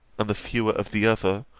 and the fewer of the other,